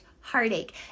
heartache